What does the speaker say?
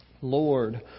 Lord